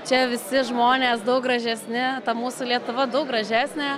čia visi žmonės daug gražesni ta mūsų lietuva daug gražesnė